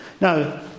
Now